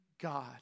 God